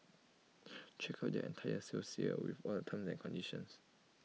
check out their entire sales here with all the terms and conditions